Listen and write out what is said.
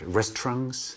restaurants